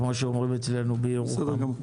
כמו שאומרים אצלנו בירוחם.